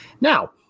Now